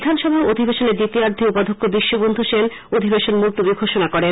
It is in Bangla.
বিধানসভা অধিবেশনের দ্বিতীয়ার্ধে উপাধ্যক্ষ বিশ্ববন্ধু সেন অধিবেশন মুলতুবী ঘোষণা করেন